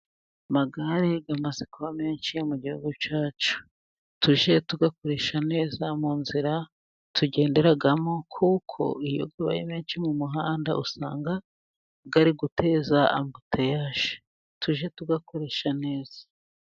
Amagare amaze kuba menshi mu gihugu cyacu, tujye tuyakoresha neza mu nzira tugenderamo, kuko iyo abaye menshi mu muhanda usanga ari guteza ambutiyage, tujye tuyakoresha neza.